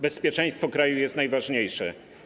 Bezpieczeństwo kraju jest najważniejsze.